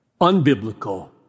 unbiblical